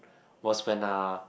was when are